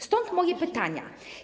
Stąd moje pytania.